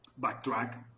backtrack